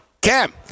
Cam